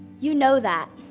you know that.